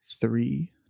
three